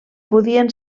podien